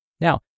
Now